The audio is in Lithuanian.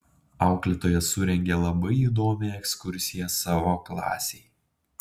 auklėtoja surengė labai įdomią ekskursiją savo klasei